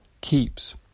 keeps